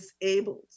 disabled